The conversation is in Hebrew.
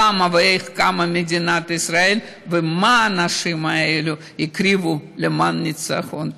למה ואיך קמה מדינת ישראל ומה האנשים האלה הקריבו למען הניצחון.